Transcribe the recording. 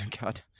God